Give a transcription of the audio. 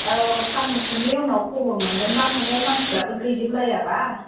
औ साननैसोनि उनाव खबर मोनगोन दा न'आव मानसिफ्राबो गैजोबलायाबा